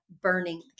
burning